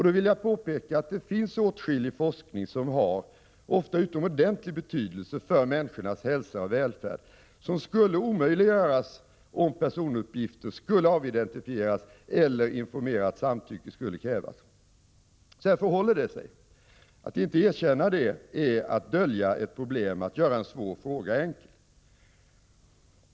Då vill jag påpeka att det finns åtskillig forskning som ofta har utomordentligt stor betydelse för människornas hälsa och välfärd som skulle omöjliggöras om personuppgifter skulle avidentifieras eller informerat samtycke skulle krävas. På detta sätt förhåller det sig. Att inte erkänna det är att dölja ett problem och att göra en svår fråga enkel.